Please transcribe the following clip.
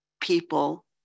people